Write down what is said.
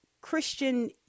Christian